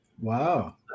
Wow